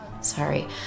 Sorry